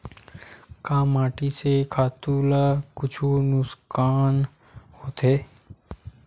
का माटी से खातु ला कुछु नुकसान होथे?